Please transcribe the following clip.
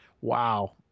Wow